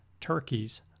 turkeys